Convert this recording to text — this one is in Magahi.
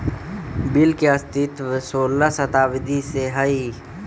बिल के अस्तित्व सोलह शताब्दी से हइ